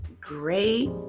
great